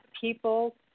people